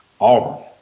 Auburn